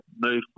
move